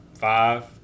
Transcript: five